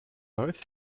both